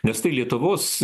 nes tai lietuvos